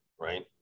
right